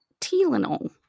Tylenol